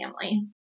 family